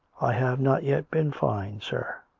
i have not yet been fined, sir.